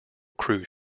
cruise